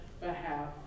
behalf